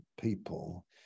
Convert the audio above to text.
people